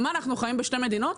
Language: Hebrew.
אנחנו חיים בשתי מדינות?